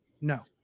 No